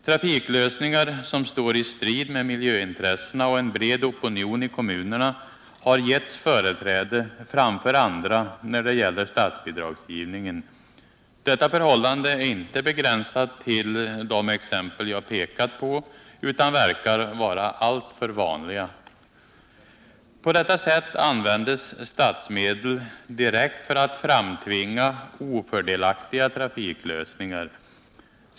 Trafiklösningar som står i strid med miljöintressena och en bred opinion i kommunerna har givits företräde framför andra när det gäller statsbidragsgivningen. Detta förhållande är inte begränsat till de exempel som jag har pekat på utan verkar vara alltför vanliga. På detta sätt används statsmedel direkt för att framtvinga ofördelaktiga trafiklösningar.